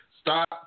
stop